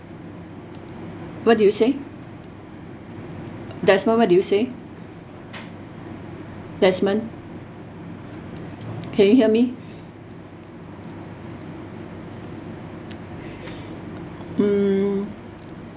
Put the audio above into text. what do you say desmond what do you say desmond can you hear me mm